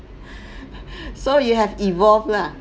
so you have evolved lah